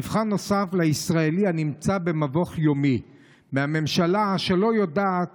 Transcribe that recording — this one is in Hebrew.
מבחן נוסף לישראלי הנמצא במבוך יומי מהממשלה שלא יודעת